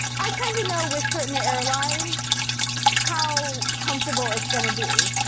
i kind of know with certain airlines how comfortable it's gonna be.